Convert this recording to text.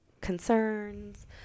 concerns